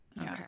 Okay